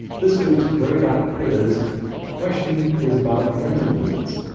this week's prairie doc quiz question is about dental visits.